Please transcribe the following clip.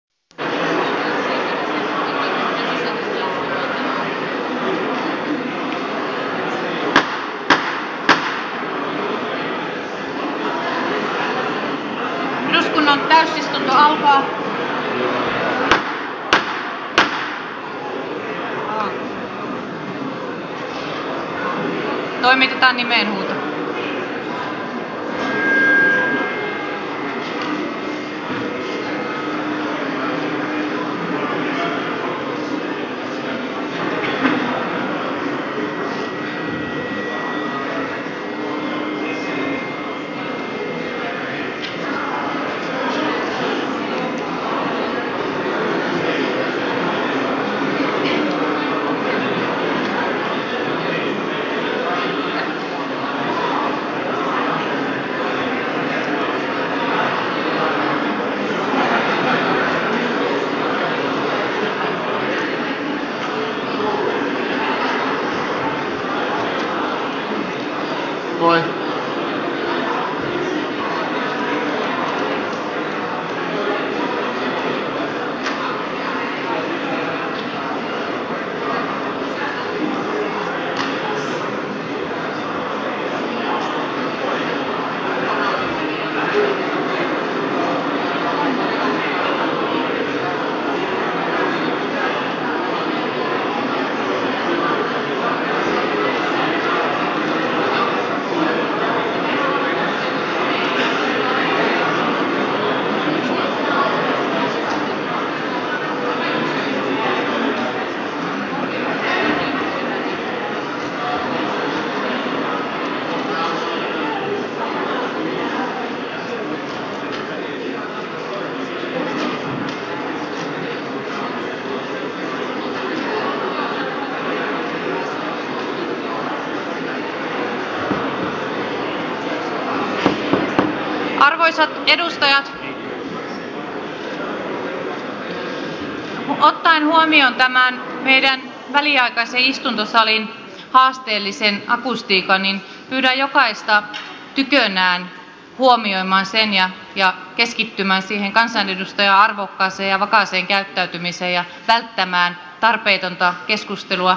ottaen huomioon tämän meidän väliaikaisen istuntosalin haasteellisen akustiikan pyydän jokaista tykönään huomioimaan sen ja keskittymään siihen kansanedustajan arvokkaaseen ja vakaaseen käyttäytymiseen ja välttämään tarpeetonta keskustelua